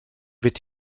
wird